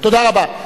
תודה רבה.